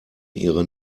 ihre